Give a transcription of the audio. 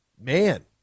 man